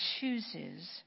chooses